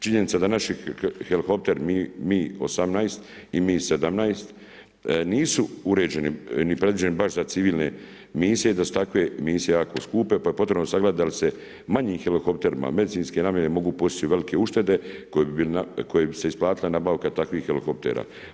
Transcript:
Činjenica da naši helikopteri, Mi 18 i Mi 17 nisu uređeni ni predviđeni baš za civilne misije, da su takve misije jako skupe pa je potrebno sagledati da li se manjim helikopterima medicinske namjene mogu postići velike uštede kojima bi se isplatila nabavka takvih helikoptera.